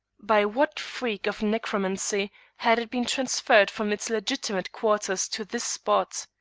by what freak of necromancy had it been transferred from its legitimate quarters to this spot?